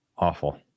Awful